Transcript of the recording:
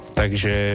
takže